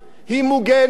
היא מוגנת.